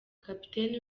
kapiteni